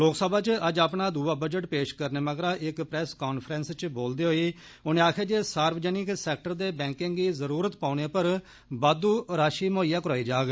लोकसभा च अज्ज अपना दूआ बजट पेश करने मगरा इक प्रेस काफ्रेंस च बोलदे होई उनें आक्खेआ जे सार्वजनिक सेक्टर दे बैंकें गी जरूरत पौने उप्पर बाद्दू राशि मुहैआ कराई जाग